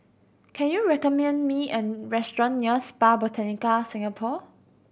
can you recommend me a restaurant near Spa Botanica Singapore